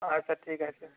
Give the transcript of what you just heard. আচ্ছা ঠিক আছে